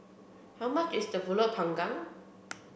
how much is Pulut panggang